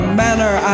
manner